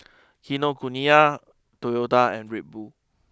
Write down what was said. Kinokuniya Toyota and Red Bull